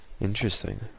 Interesting